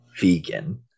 vegan